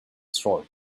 sword